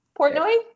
Portnoy